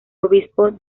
obispo